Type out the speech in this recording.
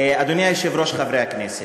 אדוני היושב-ראש, חברי הכנסת,